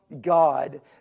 God